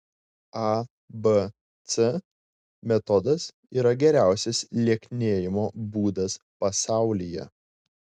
abc metodas yra geriausias lieknėjimo būdas pasaulyje